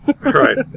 right